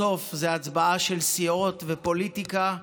בסוף זאת הצבעה של סיעות ופוליטיקה.